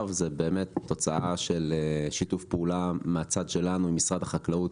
הוא תוצאה של שיתוף פעולה מהצד שלנו עם משרד החקלאות